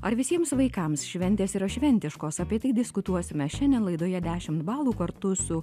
ar visiems vaikams šventės yra šventiškos apie tai diskutuosime šiandien laidoje dešimt balų kartu su